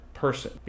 person